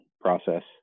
process